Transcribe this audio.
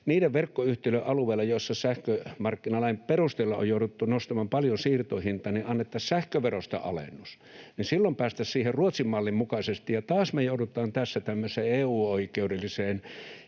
niiden verkkoyhtiöiden alueelle, jossa sähkömarkkinalain perusteella on jouduttu nostamaan paljon siirtohintoja, ja kun annettaisiin sähköverosta alennus, niin silloin päästäisiin siihen Ruotsin mallin mukaisesti. Ja taas me joudutaan tässä tämmöiseen EU-oikeudelliseen